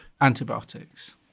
antibiotics